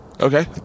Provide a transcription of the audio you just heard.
Okay